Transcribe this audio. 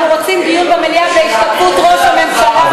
אנחנו רוצים דיון במליאה בהשתתפות ראש הממשלה ושר האוצר.